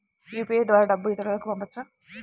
UPI ద్వారా డబ్బు ఇతరులకు పంపవచ్చ?